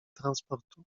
transportu